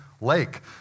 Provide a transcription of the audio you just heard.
lake